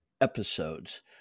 episodes